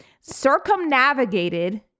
circumnavigated